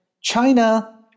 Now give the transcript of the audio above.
China